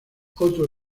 otro